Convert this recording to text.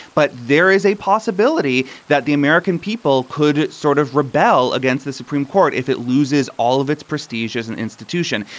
but there is a possibility that the american people could sort of rebell against the supreme court if it loses all of its prestige as an institution.